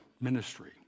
ministry